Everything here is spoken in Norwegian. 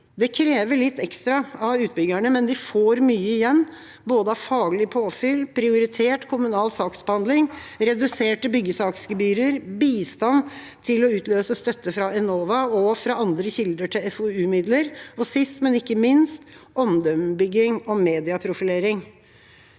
Det krever litt ekstra av utbyggerne, men de får mye igjen av både faglig påfyll, prioritert kommunal saksbehandling, reduserte byggesaksgebyrer, bistand til å utløse støtte fra Enova og fra andre kilder til FoU-midler, og sist, men ikke minst, omdømmebygging og mediaprofilering.